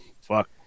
Fuck